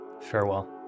Farewell